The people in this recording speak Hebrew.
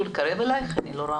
רוצה לומר